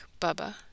Bubba